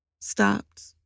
stopped